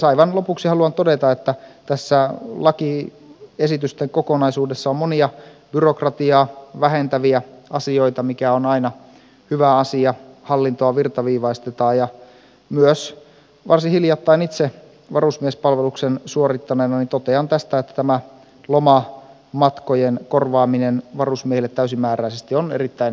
aivan lopuksi haluan todeta että tässä lakiesitysten kokonaisuudessa on monia byrokratiaa vähentäviä asioita mikä on aina hyvä asia hallintoa virtaviivaistetaan ja myös varsin hiljattain itse varusmiespalveluksen suorittaneena totean tästä että tämä lomamatkojen korvaaminen varusmiehelle täysimääräisesti on erittäin tärkeä uudistus